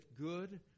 good